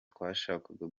twashakaga